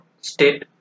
state